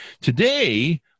Today